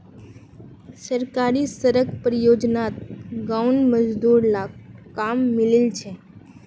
सरकारी सड़क परियोजनात गांउर मजदूर लाक काम मिलील छ